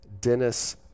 Dennis